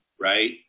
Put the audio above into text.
right